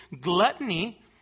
gluttony